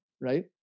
right